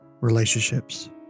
relationships